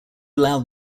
loud